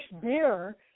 Beer